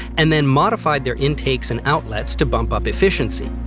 and then modified their intakes and outlets to bump up efficiency.